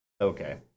Okay